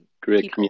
great